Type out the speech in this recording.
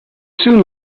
soon